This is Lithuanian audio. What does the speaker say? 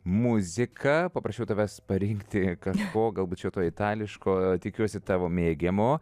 muzika paprašiau tavęs parinkti kažko galbūt šio to itališko tikiuosi tavo mėgiamo